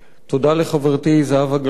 תודה לחברתי זהבה גלאון,